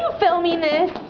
ah filming this?